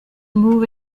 move